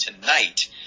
tonight